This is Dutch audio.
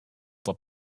dat